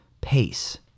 pace